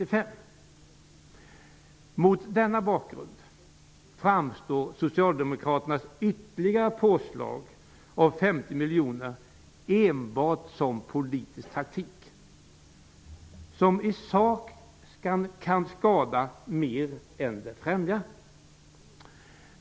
Mot denna bakgrund framstår Socialdemokaternas förslag till ytterligare påslag om 50 miljoner kronor enbart som politisk taktik som i sak kan skada mer än främja.